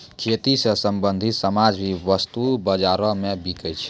खेती स संबंछित सामान भी वस्तु बाजारो म बिकै छै